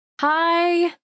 hi